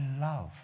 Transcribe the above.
love